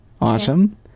Awesome